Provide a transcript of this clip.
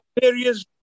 various